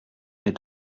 est